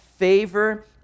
Favor